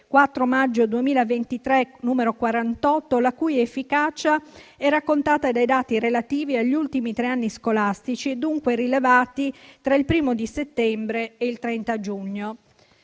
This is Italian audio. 4 maggio 2023, n. 48, la cui efficacia è raccontata dai dati relativi agli ultimi tre anni scolastici, dunque rilevati tra il 1° settembre e il 30 giugno.